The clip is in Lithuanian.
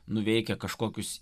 nuveikę kažkokius